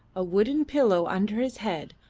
a wooden pillow under his head,